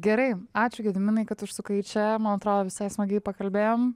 gerai ačiū gediminai kad užsukai čia man atrodo visai smagiai pakalbėjom